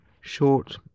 Short